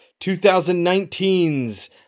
2019's